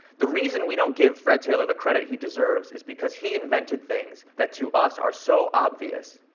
the reason we don't give fred taylor the credit he deserves is because he invented things that to us are so obvious,